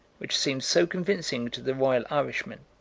which seemed so convincing to the royal irishmen.